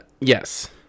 Yes